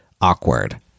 awkward